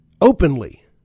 openly